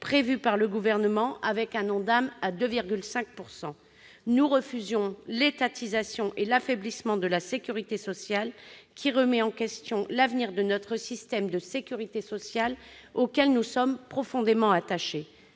fixe le taux d'augmentation de l'ONDAM à 2,5 %. Nous refusons l'étatisation et l'affaiblissement de la sécurité sociale : ils remettent en question l'avenir de notre système de sécurité sociale, auquel nous sommes profondément attachés.